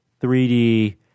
3D